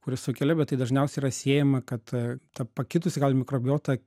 kurį sukelia bet tai dažniausiai yra siejama kad ta pakitusi gal mikrobiota